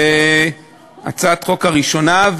הצעת החוק הראשונה.